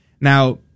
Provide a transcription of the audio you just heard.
Now